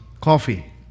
coffee